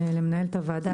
למנהלת הוועדה,